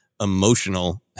emotional